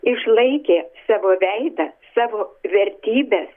išlaikė savo veidą savo vertybes